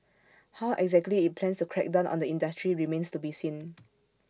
how exactly IT plans to crack down on the industry remains to be seen